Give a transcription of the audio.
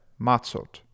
Matzot